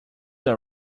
all